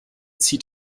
zieht